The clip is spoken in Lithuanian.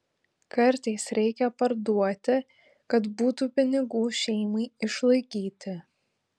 kartais reikia parduoti kad būtų pinigų šeimai išlaikyti